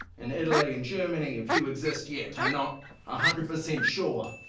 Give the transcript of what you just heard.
and italy, and germany if you exist yet. i'm not a hundred percent sure.